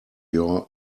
your